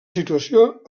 situació